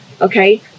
okay